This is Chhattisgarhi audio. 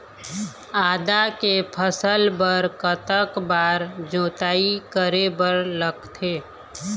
आदा के फसल बर कतक बार जोताई करे बर लगथे?